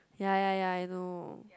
ya ya ya I know